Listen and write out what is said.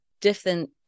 Different